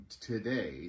today